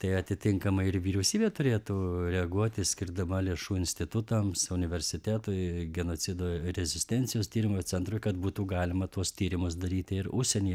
tai atitinkamai ir vyriausybė turėtų reaguoti skirdama lėšų institutams universitetui genocido rezistencijos tyrimo centrui kad būtų galima tuos tyrimus daryti ir užsienyje